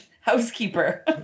housekeeper